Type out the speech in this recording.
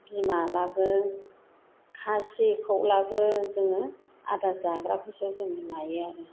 बिमाब्लाबो खासिखौब्लाबो जोङो आदार जाग्राखौसो जों लायो आरो